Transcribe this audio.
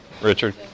Richard